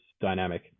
dynamic